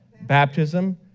baptism